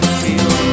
feel